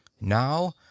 Now